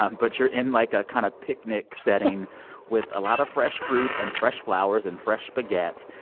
um but you're in, like, a kind of picnic setting with a lot of fresh fruit and fresh flowers and fresh baguette.